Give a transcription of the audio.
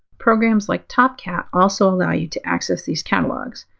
programs like topcat also allow you to access these catalogs.